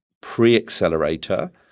pre-accelerator